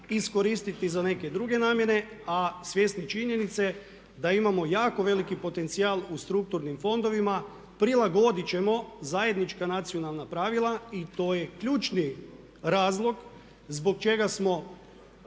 iskoristiti i za neke druge namjere a svjesni činjenice da imamo jako veliki potencijal u strukturnim fondovima, prilagodit ćemo zajednička nacionalna pravila i to je ključni razlog zbog čega smo